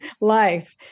life